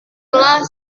lelah